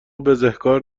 بزهکار